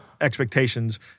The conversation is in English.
expectations